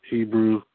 Hebrew